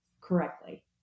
correctly